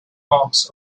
hawks